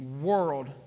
World